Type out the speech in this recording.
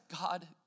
God